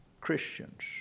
Christians